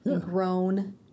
grown